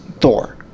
Thor